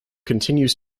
continues